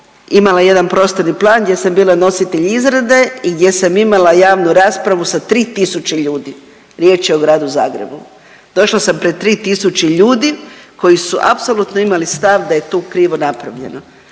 imala jedna prostorni plan gdje sam bila nositelj izrade gdje sam imala javnu raspravu sa 3.000 ljudi, riječ je o gradu Zagrebu. Došla sam pred 3.000 ljudi koji su apsolutno imali stav da je tu krivo napravljeno.